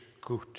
good